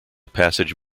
passage